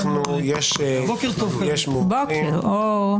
בסדר גמור.